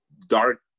dark